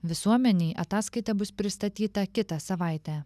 visuomenei ataskaita bus pristatyta kitą savaitę